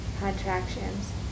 contractions